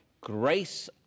grace